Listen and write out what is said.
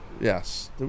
Yes